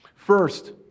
First